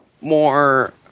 more